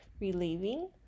relieving